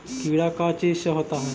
कीड़ा का चीज से होता है?